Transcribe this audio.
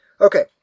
Okay